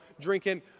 drinking